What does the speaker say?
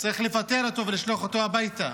צריך לפטר אותו ולשלוח אותו הביתה.